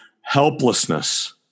helplessness